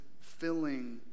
filling